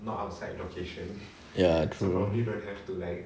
not outside location ya true normally right you have to like